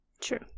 True